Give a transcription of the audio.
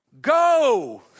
Go